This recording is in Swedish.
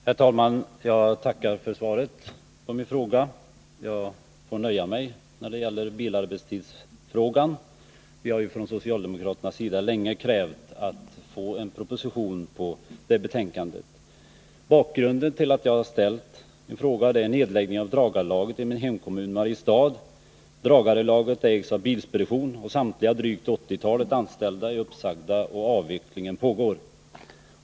Herr talman! Jag tackar för svaret på min fråga. När det gäller bilarbetstidsfrågorna får jag vara nöjd med svaret. Vi har ju från socialdemokraternas sida länge krävt att få en proposition med anledning av bilarbetstidsutredningens förslag. Bakgrunden till att jag ställt min fråga är nedläggningen av Dragarlaget i min hemkommun Mariestad. Dragarlaget ägs av Bilspedition, och samtliga drygt 80-talet anställda är uppsagda och avveckling pågår.